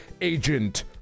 agent